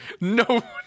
no